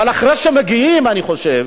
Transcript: אבל אחרי שהם מגיעים, אני חושב